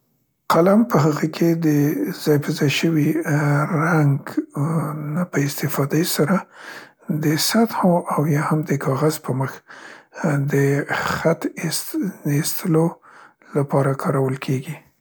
قلم په هغه کې د ځاي په ځای شوي ا رنګ مم په استفادې سره د سطحو یا هم د کاغذ په مخ د خط ایست استلو لپاره کارول کیګي.